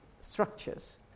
structures